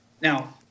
Now